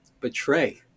Betray